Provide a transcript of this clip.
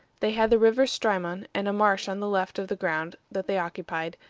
they had the river strymon and a marsh on the left of the ground that they occupied,